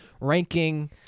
ranking